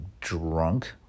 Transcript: drunk